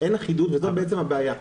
אין אחידות, וזו בעצם הבעיה.